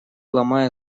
ломая